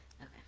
Okay